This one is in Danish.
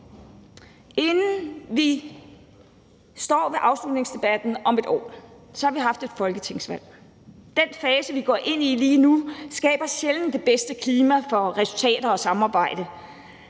Inden vi står ved afslutningsdebatten om et år har vi haft et folketingsvalg. Den fase, vi går ind i lige nu, skaber sjældent det bedste klima for resultater og samarbejde,